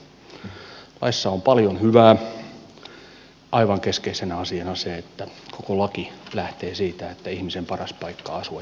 laissa on paljon hyvää aivan keskeisenä asiana se että koko laki lähtee siitä että ihmisen paras paikka asua ja elää on kotona